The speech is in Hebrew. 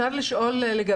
לא.